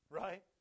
right